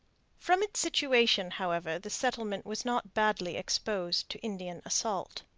from its situation, however, the settlement was not badly exposed to indian assault.